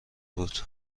بود